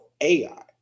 AI